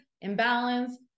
imbalance